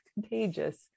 contagious